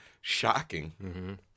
shocking